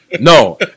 no